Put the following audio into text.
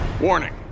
Warning